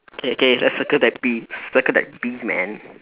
K K let's circle that bee circle that bee man